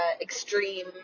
extreme